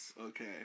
Okay